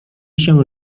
się